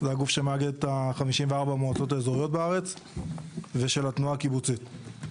זה הגוף שמאגד את 54 המועצות האזוריות בארץ ושל התנועה הקיבוצית.